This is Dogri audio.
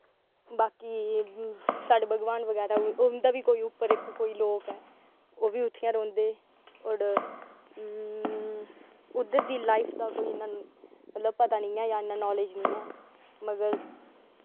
बाकि साढ़े भगवान बगैरा उंदा बी उप्पर कोई लोक ऐ ओह् बी उत्थें गै रौंह्दे और उद्धर दी लाईफ दा कोई इन्ना मतलब पता निं ऐ जां इन्ना नॉलेज़ निं ऐ मगर